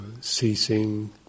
Ceasing